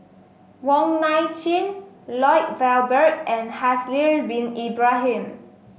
Wong Nai Chin Lloyd Valberg and Haslir Bin Ibrahim